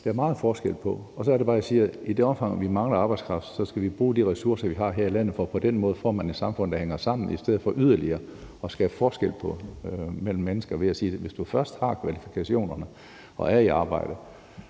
er der meget forskel på. Så er det bare, jeg siger: I det omfang, vi mangler arbejdskraft, skal vi bruge de ressourcer, vi har her i landet, for på den måde får man et samfund, der hænger sammen, i stedet for yderligere at skabe forskel mellem mennesker ved at sige, at hvis du først har kvalifikationerne og er i arbejde,